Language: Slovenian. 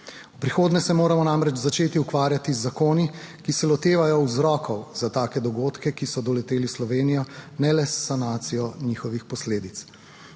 V prihodnje se moramo namreč začeti ukvarjati z zakoni, ki se lotevajo vzrokov za take dogodke, ki so doleteli Slovenijo, ne le s sanacijo njihovih posledic.